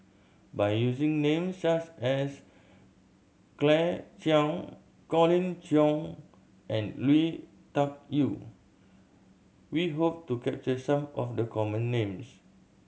by using names such as Claire Chiang Colin Cheong and Lui Tuck Yew we hope to capture some of the common names